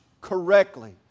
correctly